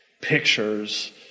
pictures